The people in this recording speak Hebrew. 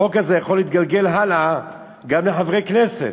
החוק הזה יכול להתגלגל הלאה גם לחברי כנסת.